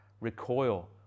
recoil